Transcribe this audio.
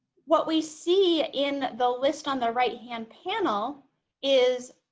what we see in the list on the right-hand panel is